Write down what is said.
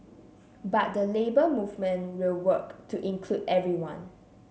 but the Labour Movement will work to include everyone